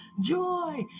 joy